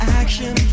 action